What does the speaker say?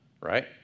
right